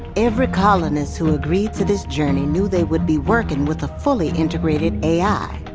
every colonist who agreed to this journey knew they would be working with a fully integrated a a i.